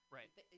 Right